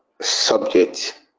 subject